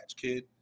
kid